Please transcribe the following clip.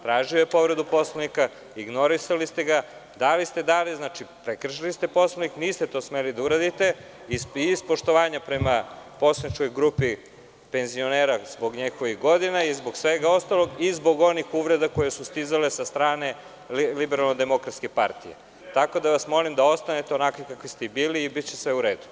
Tražio je povredu Poslovnika, ignorisali ste ga, dali ste dalje, znači prekršili ste Poslovnik, niste to smeli da uradite i iz poštovanja prema poslaničkoj grupi penzionera, zbog njihovih godina i zbog svega ostalog i zbog onih uvreda koje su stizale sa strane LDP, tako da vas molim da ostanete onakvi kakvi ste i bili i biće sve u redu.